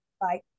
Bye